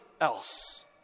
else